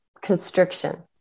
constriction